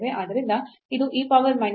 ಆದ್ದರಿಂದ ಇದು e power minus v